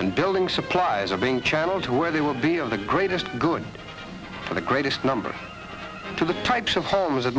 and building supplies are being channeled to where they will be of the greatest good for the greatest number to the types of homes that